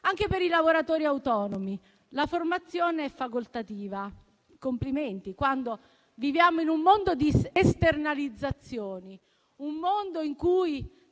Anche per i lavoratori autonomi la formazione è facoltativa - complimenti - nel mondo in cui viviamo di esternalizzazioni, un mondo in cui